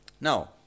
Now